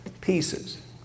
pieces